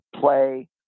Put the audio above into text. play